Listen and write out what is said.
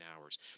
hours